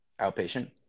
outpatient